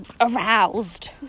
aroused